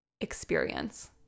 experience